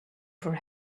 for